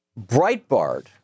Breitbart